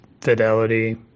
Fidelity